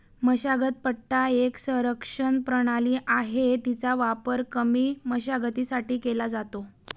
मशागत पट्टा एक संरक्षण प्रणाली आहे, तिचा वापर कमी मशागतीसाठी केला जातो